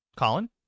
Colin